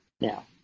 now